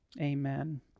Amen